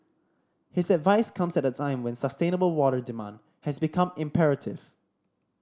his advice comes at a time when sustainable water demand has become imperative